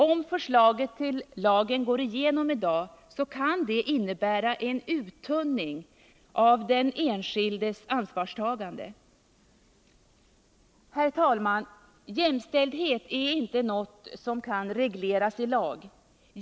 Om förslaget till lag går igenom i dag, kan det innebära en uttunning av den enskildes ansvarstagande. Herr talman! Jämställdhet är inte något som kan regleras i lag.